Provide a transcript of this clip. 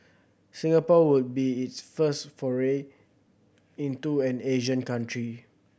Singapore would be its first foray into an Asian country